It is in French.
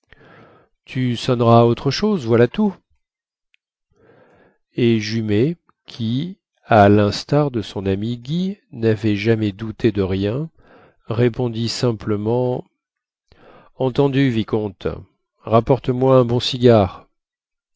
tu sonneras autre chose voilà tout et jumet qui à linstar de son ami guy navait jamais douté de rien répondit simplement entendu vicomte rapporte moi un bon cigare